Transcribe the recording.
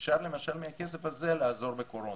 אפשר למשל מהכסף הזה לעזור בקורונה.